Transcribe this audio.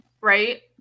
right